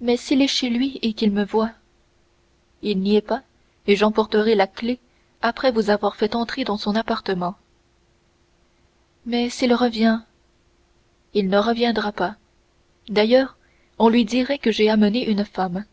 mais s'il est chez lui et qu'il me voie il n'y est pas et j'emporterai la clef après vous avoir fait entrer dans son appartement mais s'il revient il ne reviendra pas d'ailleurs on lui dirait que j'ai amené une femme